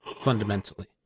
Fundamentally